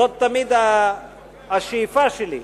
זאת תמיד השאיפה שלי,